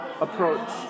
approach